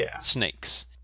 snakes